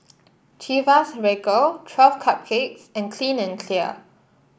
Chivas Regal Twelve Cupcakes and Clean and Clear